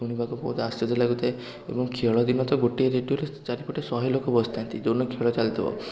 ଶୁଣିବାକୁ ବହୁତ ଆଶ୍ଚର୍ଯ୍ୟ ଲାଗୁଥାଏ ଏବଂ ଖେଳ ଦିନ ତ ଗୋଟିଏ ରେଡ଼ିଓରେ ଚାରିପଟେ ଶହେ ଲୋକ ବସିଥାନ୍ତି ଯେଉଁଦିନ ଖେଳ ଚାଲଥିବ